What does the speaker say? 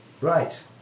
Right